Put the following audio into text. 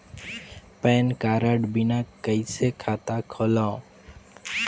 Pan card बिना कइसे खाता खोलव?